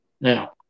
Now